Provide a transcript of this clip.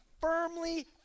firmly